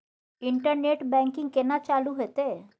Internet banking केना चालू हेते?